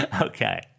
Okay